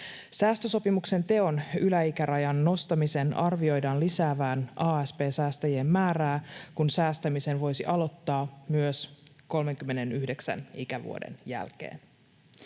Säästösopimuksen teon yläikärajan nostamisen arvioidaan lisäävän asp-säästäjien määrää, kun säästämisen voisi aloittaa myös 39 ikävuoden jälkeen.